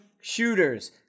shooters